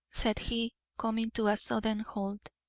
said he, coming to a sudden halt,